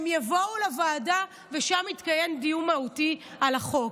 הם יבואו לוועדה, ושם יתקיים דיון מהותי על החוק.